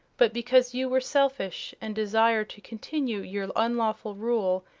but because you were selfish and desired to continue your unlawful rule,